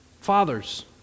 Fathers